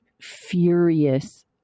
furious